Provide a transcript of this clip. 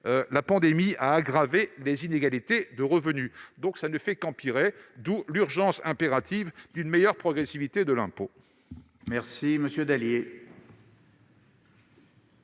« La crise a exacerbé les inégalités de revenus ». La situation ne fait qu'empirer, d'où l'urgence impérative d'une meilleure progressivité de l'impôt.